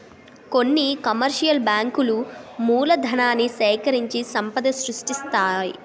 కొన్ని కమర్షియల్ బ్యాంకులు మూలధనాన్ని సేకరించి సంపద సృష్టిస్తాయి